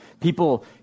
People